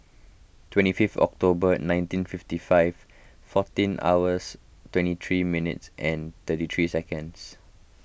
twenty fifth October at nineteen fifty five fourteen hours twenty three minutes and thirty three seconds